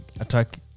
attack